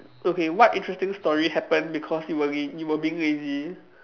okay what interesting story happened because you were re~ you were being lazy